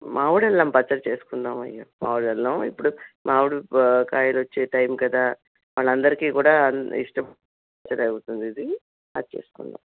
మామిడి అల్లం పచ్చడి చేసుకుందామయ్య మామిడి అల్లం ఇప్పుడు మామిడి కాయలు వచ్చే టైం కదా మనందరికీ కూడా ఇష్టమైన పచ్చడి అవుతుంది ఇది అది చేసుకుందాం